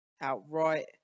outright